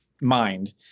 mind